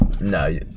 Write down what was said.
No